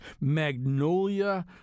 Magnolia